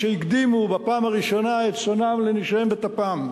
שהקדימו בפעם הראשונה את צאנם לנשיהם וטפם.